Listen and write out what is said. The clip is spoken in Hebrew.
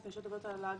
לפני שאת עוברת לאג"חים?